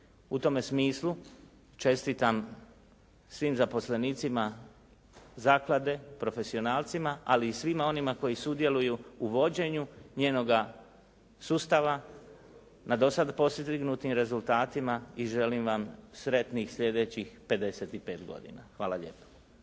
U tome smislu čestitam svim zaposlenicima zaklade, profesionalcima ali i svima onima koji sudjeluju u vođenju njenoga sustava na dosada postignutim rezultatima i želim vam sretnih sljedećih 55 godina. Hvala lijepa.